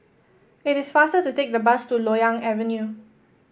it is faster to take the bus to Loyang Avenue